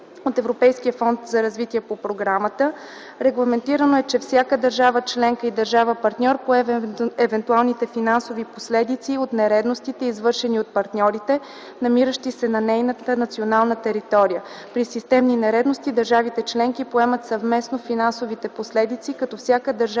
от Европейския фонд за развитие по програмата. Регламентирано е, че всяка държава-членка и държава-партньор поема евентуалните финансови последици от нередностите, извършени от партньорите, намиращи се на нейната национална територия. При системни нередности държавите-членки поемат съвместно финансовите последици, като всяка държава-членка